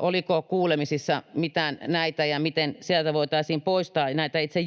oliko kuulemisissa mitään näitä, ja miten sieltä voitaisiin poistaa näitä itse